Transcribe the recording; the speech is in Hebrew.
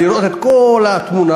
לראות את כל התמונה,